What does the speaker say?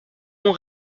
mon